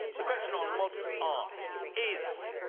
the question on modern art is.